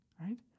right